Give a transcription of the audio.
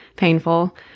Painful